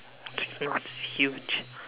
that was huge